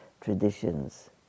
traditions